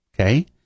okay